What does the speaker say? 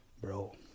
Bro